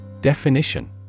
Definition